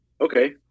Okay